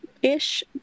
ish